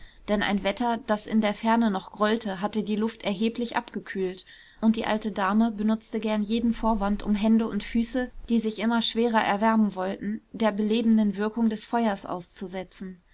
denn ein wetter das in der ferne noch grollte hatte die luft erheblich abgekühlt und die alte dame benutzte gern jeden vorwand um hände und füße die sich immer schwerer erwärmen wollten der belebenden wirkung des feuers auszusetzen